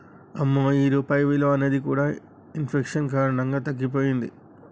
అమ్మో ఈ రూపాయి విలువ అనేది కూడా ఇన్ఫెక్షన్ కారణంగా తగ్గిపోతుంది